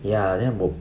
ya then 我